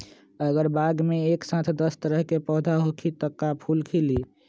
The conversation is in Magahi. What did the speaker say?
अगर बाग मे एक साथ दस तरह के पौधा होखि त का फुल खिली?